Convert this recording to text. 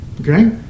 Okay